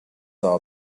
our